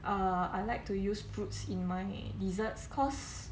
uh I like to use fruits in my desserts cause